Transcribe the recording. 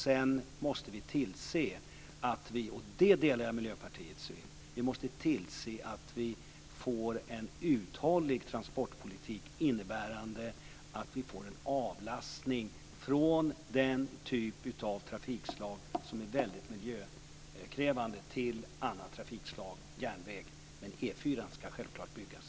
Sedan måste vi tillse, och där delar jag Miljöpartiets syn, att vi får en uthållig transportpolitik innebärande att vi får en avlastning från den typ av trafikslag som är väldigt miljökrävande till andra trafikslag, som järnväg. Men E 4:an ska självklart byggas.